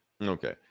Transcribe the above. Okay